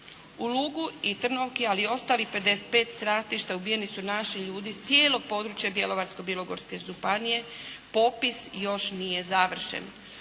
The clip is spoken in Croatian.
U Lugu i Trnovi, ali i ostalih 55 ratišta ubijeni su naši ljudi sa cijelog područja Bjelovarsko-bilogorske županije. Popis još nije završen.